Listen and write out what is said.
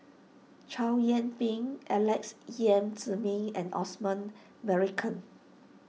Chow Yian Ping Alex Yam Ziming and Osman Merican